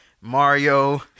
Mario